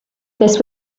this